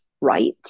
right